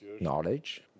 knowledge